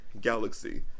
Galaxy